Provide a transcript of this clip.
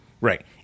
Right